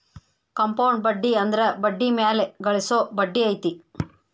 compound ಬಡ್ಡಿ ಅಂದ್ರ ಬಡ್ಡಿ ಮ್ಯಾಲೆ ಗಳಿಸೊ ಬಡ್ಡಿ ಐತಿ